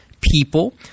people